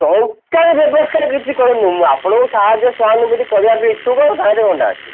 ଟଙ୍କାର ବ୍ୟବସ୍ଥା କିଛି କହିନି ଆପଣଙ୍କୁ ସାହାଯ୍ୟ ସହାନୁଭୂତି କରିବା ପାଇଁ ଇଛୁକ ନାହାନ୍ତି